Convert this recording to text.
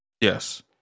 Yes